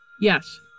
Yes